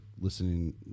listening